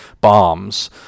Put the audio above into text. bombs